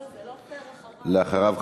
זה לא פייר אחריו.